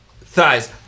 thighs